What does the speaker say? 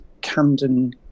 Camden